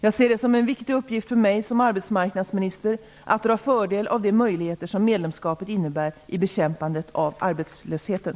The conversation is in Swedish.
Jag ser det som en viktig uppgift för mig som arbetsmarknadsminister att dra fördel av de möjligheter som medlemskapet innebär i bekämpandet av arbetslösheten.